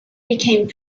became